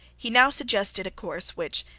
he now suggested a course which,